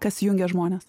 kas jungia žmones